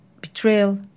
betrayal